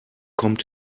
kommt